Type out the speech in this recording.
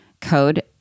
code